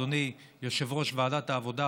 אדוני יושב-ראש ועדת העבודה,